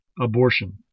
Abortion